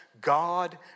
God